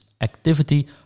activity